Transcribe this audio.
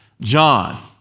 John